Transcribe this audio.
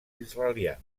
israelians